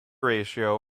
ratio